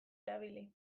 erabili